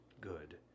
good